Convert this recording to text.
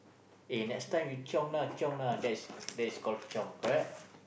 eh next time you chiong lah chiong lah that's that's call chiong correct